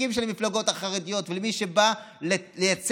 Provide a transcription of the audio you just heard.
הנציגים של המפלגות החרדיות ועל מי שבא לייצג